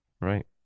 Right